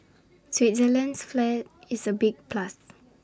Switzerland's flag is A big plus